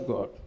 God